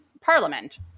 parliament